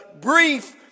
brief